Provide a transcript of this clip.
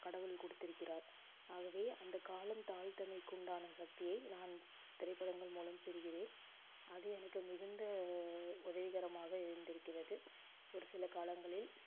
கடவுள் கொடுத்திருக்கிறார் ஆகவே அந்த காலம் தாழ்த்தமைக்கு உண்டான சக்தியை நான் திரைப்படங்கள் மூலம் பெறுகிறேன் அது எனக்கு மிகுந்த உதவிகரமாக இருந்திருக்கிறது ஒரு சில காலங்களில்